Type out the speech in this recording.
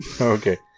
Okay